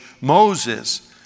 Moses